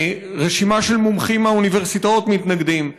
רשימה של מומחים מהאוניברסיטאות מתנגדים,